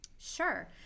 sure